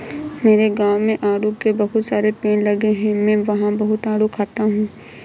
मेरे गाँव में आड़ू के बहुत सारे पेड़ लगे हैं मैं वहां बहुत आडू खाता हूँ